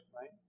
right